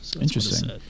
Interesting